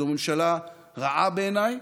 זו ממשלה רעה בעיניי,